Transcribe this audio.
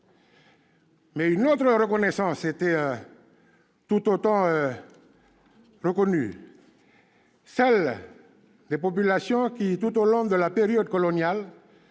une autre reconnaissance l'était tout autant : celle des populations qui, tout au long de la période coloniale,